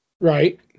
Right